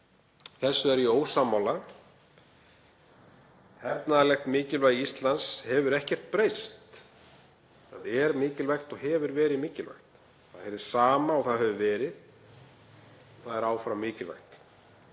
Þessu er ég ósammála. Hernaðarlegt mikilvægi Íslands hefur ekkert breyst. Það er mikilvægt og hefur verið mikilvægt. Það er hið sama og það hefur verið og það er áfram mikilvægt.